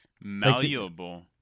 Malleable